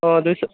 ହଁ ଦୁଇଶହ